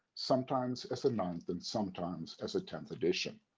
sometimes as a ninth and sometimes as a tenth edition.